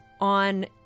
on